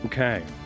Okay